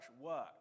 work